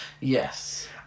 Yes